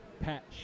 Pat